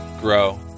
grow